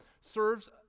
serves